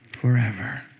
forever